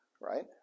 right